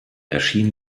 erschien